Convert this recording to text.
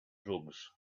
drugs